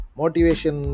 motivation